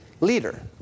leader